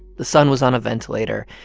the son was on a ventilator,